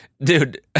dude